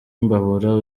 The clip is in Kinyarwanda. imbabura